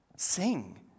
Sing